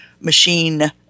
machine